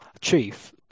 chief